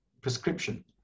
prescription